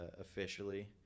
officially